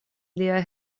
lia